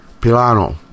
Pilano